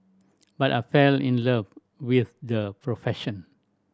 but I fell in love with the profession